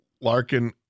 Larkin